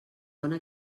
bona